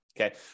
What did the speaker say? Okay